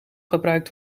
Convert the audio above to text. gebruikt